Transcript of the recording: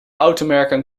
automerken